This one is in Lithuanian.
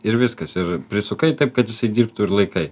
ir viskas ir prisukai taip kad jisai dirbtų ir laikai